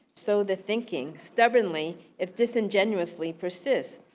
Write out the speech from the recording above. so, the thinking, stubbornly, it disingenuously persists,